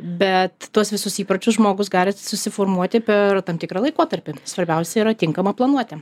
bet tuos visus įpročius žmogus gali susiformuoti per tam tikrą laikotarpį svarbiausia yra tinkama planuoti